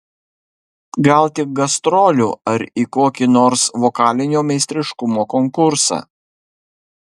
gal tik gastrolių ar į kokį nors vokalinio meistriškumo konkursą